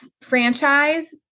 franchise